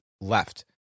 left